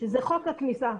זה חוק הכניסה.